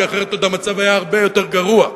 כי אחרת המצב היה עוד הרבה יותר גרוע.